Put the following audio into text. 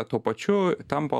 tuo pačiu tampa